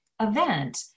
event